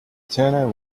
turner